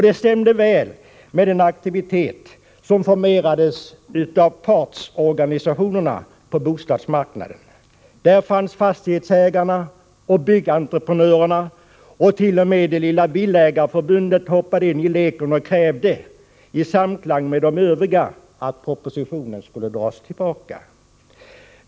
Det stämde väl med den aktivitet som formerades av partsorganisationerna på bostadsmarknaden. Där fanns fastighetsägarna och byggentreprenörerna. T.o.m. det lilla Villaägareförbundet hoppade in i leken och krävde i likhet övriga att propositionen skulle dras tillbaka.